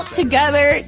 together